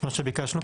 מה שביקשנו,